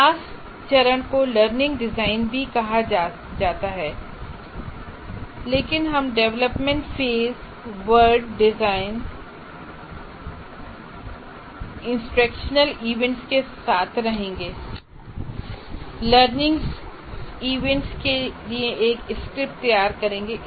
विकास चरण को learning design भी कहा जाता है लेकिन हम development phase word design instructional events के साथ रहेंगे या लर्निंग इवेंट्स के लिए एक स्क्रिप्ट तैयार करेंगे